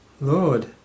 Lord